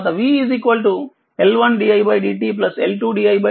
తర్వాత v L1didtL2didtL3 didt